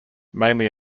mainly